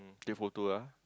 take photo ah